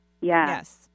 Yes